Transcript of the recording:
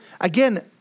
Again